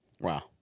Wow